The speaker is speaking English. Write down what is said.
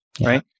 right